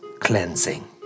cleansing